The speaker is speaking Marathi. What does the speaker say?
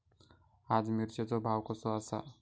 आज मिरचेचो भाव कसो आसा?